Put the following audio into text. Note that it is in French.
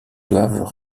doivent